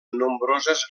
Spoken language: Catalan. nombroses